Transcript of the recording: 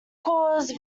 calls